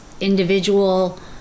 individual